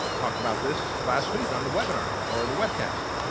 talked about this last week on the webinar, or the webcast.